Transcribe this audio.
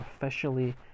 officially